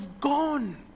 gone